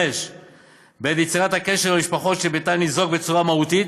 5. בעת יצירת הקשר עם המשפחות שביתן ניזוק בצורה מהותית,